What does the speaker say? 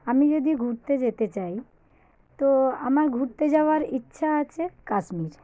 আমি যদি ঘুরতে যেতে চাই তো আমার ঘুরতে যাওয়ার ইচ্ছা আছে কাশ্মীর